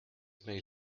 may